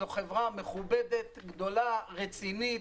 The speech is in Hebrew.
זאת חברה מכובדת, גדולה, רצינית.